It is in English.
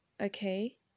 Okay